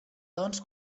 doncs